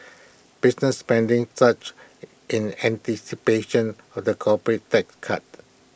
business spending surged in anticipation of the corporate tax cuts